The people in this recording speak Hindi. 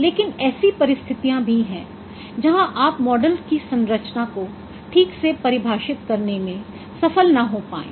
लेकिन ऐसी परिस्थितियां भी हैं जहां आप मॉडल की संरचना को ठीक से परिभाषित करने में सफल न हो पायें